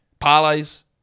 parlays